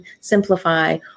simplify